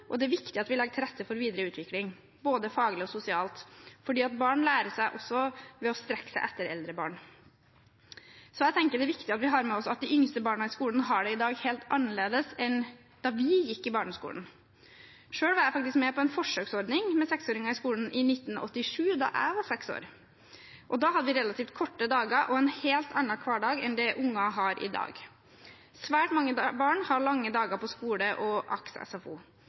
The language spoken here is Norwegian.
og det er viktig at vi legger til rette for videre utvikling, både faglig og sosialt, for barn lærer også ved å strekke seg etter eldre barn. Jeg tenker det er viktig at vi har med oss at de yngste barna i skolen i dag har det helt annerledes enn da vi gikk i barneskolen. Selv var jeg med på en forsøksordning med seksåringer i skolen i 1987, da jeg var seks år. Da hadde vi relativt korte dager og en helt annen hverdag enn det barn har i dag. Svært mange barn har lange dager på skolen og